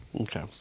Okay